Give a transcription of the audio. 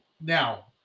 Now